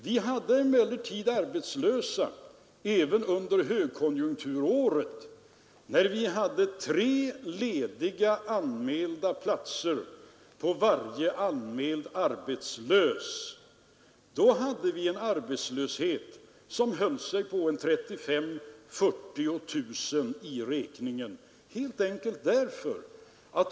Det fanns emellertid arbetslösa även under högkonjunkturåret, när vi hade tre lediga anmälda platser på varje anmäld arbetslös. Då uppgick antalet arbetslösa till 35 000—40 000 personer.